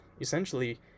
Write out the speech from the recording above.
essentially